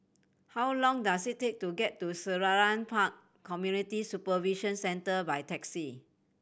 how long does it take to get to Selarang Park Community Supervision Centre by taxi